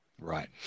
Right